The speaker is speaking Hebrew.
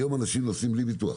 היום אנשים נוסעים בלי ביטוח.